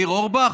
ניר אורבך?